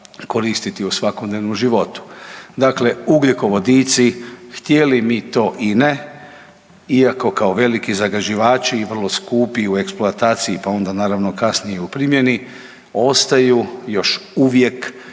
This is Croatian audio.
koristiti u svakodnevnom životu. Dakle, ugljikovodici htjeli ili mi to ili ne i kao veliki zagađivači i vrlo skupi u eksploataciji pa onda naravno kasnije i u primjeni, ostaju još uvijek